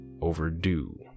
overdue